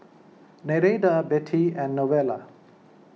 Nereida Bettie and Novella